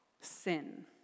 sin